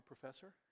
professor